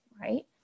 right